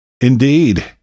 Indeed